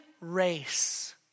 race